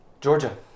Georgia